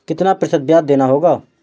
कितना प्रतिशत ब्याज देना होगा?